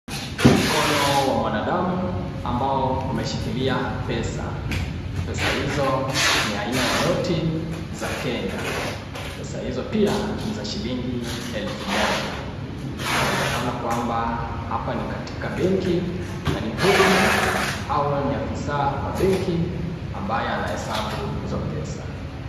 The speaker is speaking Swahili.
Mkono wa mwanadamu ambao umeshikilia pesa, pesa hizo ni aina ya noti za kenya, pesa hizo pia ni za shilingi elfu moja. Kuna wezekano kwamba hapa ni katika benki na ni muhudumu au ni afisa wa benki ambaye anahesabu hizo pesa.